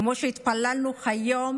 כמו שהתפללנו היום